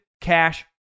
Cash